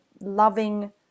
loving